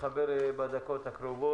תתחבר בזום.